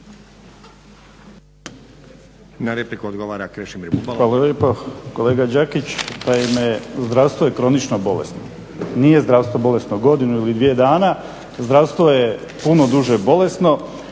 Na repliku odgovara Krešimir Bubalo.